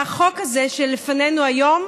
החוק הזה שלפנינו היום